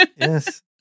yes